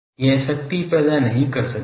यह शक्ति पैदा नहीं कर सकता